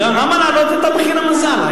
למה להעלות את מחיר המזל?